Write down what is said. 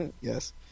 Yes